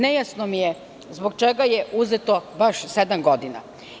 Nejasno mi je zbog čega je uzeto baš sedam godina?